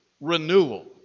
renewal